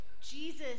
Jesus